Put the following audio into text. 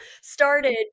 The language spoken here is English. started